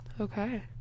Okay